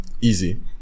Easy